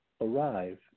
arrive